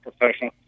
professional